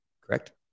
correct